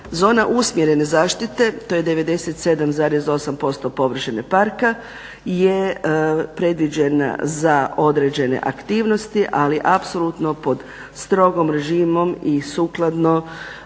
Zona usmjerene zaštite to je 97,8% površine parka je predviđena za određene aktivnosti ali apsolutno pod strogim režimom i sukladno